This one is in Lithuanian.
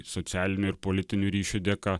socialinių ir politinių ryšių dėka